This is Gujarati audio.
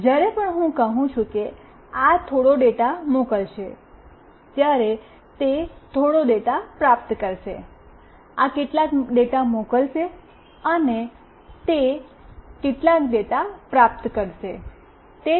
જ્યારે પણ હું કહું છું કે આ થોડો ડેટા મોકલશે ત્યારે તે થોડો ડેટા પ્રાપ્ત કરશે આ કેટલાક ડેટા મોકલશે અને તે ડેટા પ્રાપ્ત કરશે